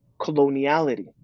coloniality